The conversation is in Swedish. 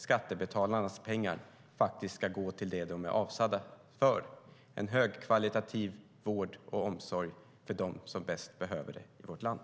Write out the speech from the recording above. Skattebetalarnas pengar ska gå till det de är avsedda för, nämligen en högkvalitativ vård och omsorg för dem som bäst behöver den i vårt land.